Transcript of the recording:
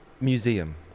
Museum